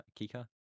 Kika